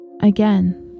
Again